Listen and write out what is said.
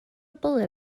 bullet